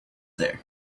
there